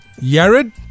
Yared